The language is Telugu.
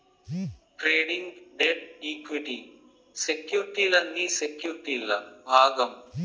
ట్రేడింగ్, డెట్, ఈక్విటీ సెక్యుర్టీలన్నీ సెక్యుర్టీల్ల భాగం